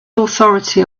authority